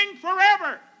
forever